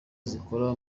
zikora